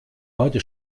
heute